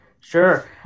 Sure